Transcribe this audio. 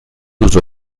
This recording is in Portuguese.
dos